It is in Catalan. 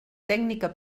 tècnica